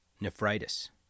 nephritis